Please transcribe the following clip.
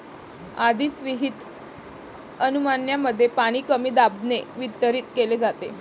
आधीच विहित नमुन्यांमध्ये पाणी कमी दाबाने वितरित केले जाते